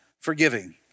forgiving